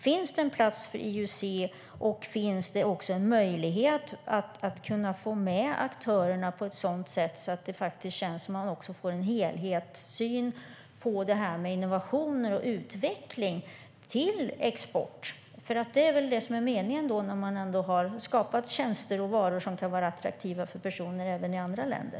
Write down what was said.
Finns det en plats för EUC och också en möjlighet att få med aktörerna på ett sådant sätt att det blir en helhetssyn på detta med innovationer och utveckling för export? Det är väl ändå det som är meningen när man har skapat tjänster och varor som kan vara attraktiva för personer även i andra länder.